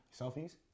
Selfies